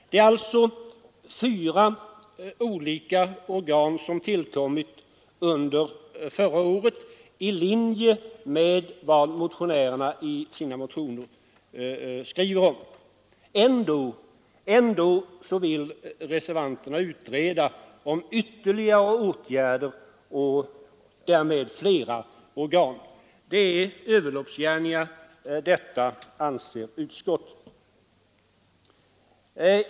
Det är alltså fyra olika organ som tillkommit under förra året i linje med vad motionärerna i sina motioner skriver om. Ändå vill reservanterna utreda om ytterligare åtgärder skall vidtas och därmed flera organ skapas. Det är överloppsgärningar, anser utskottet.